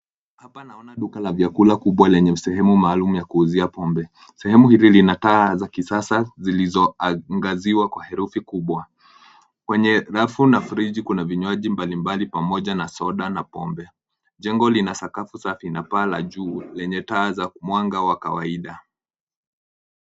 Hapa naona duka la vyakula kubwa enye sehemu maalum ya kuuzia pombe, sehemu hili lina taa zenye za kisasa zilizo angasiwa kwa herufi kubwa, kwenye rafu na friji kuna vinyaji mbali mbali pamoja na soda na pombe. Jengo lina sakafu safi na paa la juu lenye taa za mwanga wa kawaida.